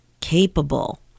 capable